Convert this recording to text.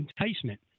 enticement